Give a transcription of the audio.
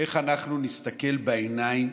איך אנחנו נסתכל בעיניים?